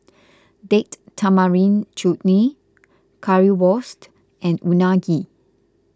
Date Tamarind Chutney Currywurst and Unagi